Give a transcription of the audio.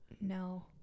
no